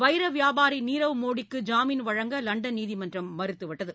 வைர வியாபாரி நீரவ் மோடிக்கு ஜாமீன் வழங்க லண்டன் நீதிமன்றம் மறுத்துவிட்டது